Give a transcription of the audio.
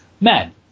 men